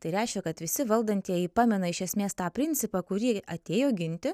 tai reiškia kad visi valdantieji pamena iš esmės tą principą kurį atėjo ginti